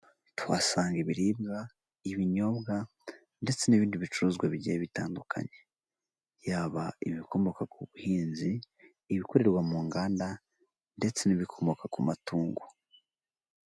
Tuhasanga ibiribwa, ibinyobwa ndetse n'ibindi bicuruzwa bitandukanye yaba ibikomoka ku buhinzi, ibikorerwa mu nganda ndetse n'ibikomoka ku matungo.